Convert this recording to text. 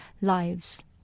lives